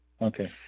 Okay